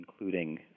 including